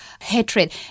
hatred